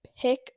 pick